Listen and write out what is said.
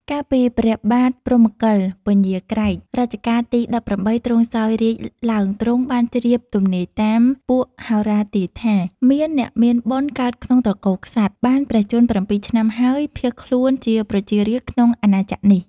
កាលពីព្រះបាទព្រហ្មកិល (ពញាក្រែក) រជ្ជកាលទី១៨ ទ្រង់សោយរាជ្យឡើងទ្រង់បានជ្រាបទំនាយតាម ពួកហោរាទាយថា "មានអ្នកមានបុណ្យកើតក្នុងត្រកូលក្សត្រ បានព្រះជន្ម៧ឆ្នាំហើយ ភាសន៍ខ្លួនជាប្រជារាស្រ្តក្នុង អាណាចក្រនេះ ។